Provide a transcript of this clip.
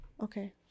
Okay